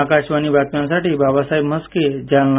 आकाशवाणी बातम्यासाठी बाबासाहेब म्हस्के जालना